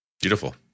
Beautiful